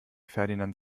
ferdinand